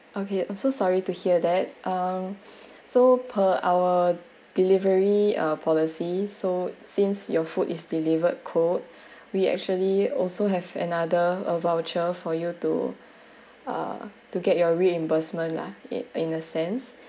okay I'm so sorry to hear that um so per our delivery uh policy so since your food is delivered cold we actually also have another uh voucher for you to ah to get your reimbursement lah in in a sense